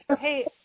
hey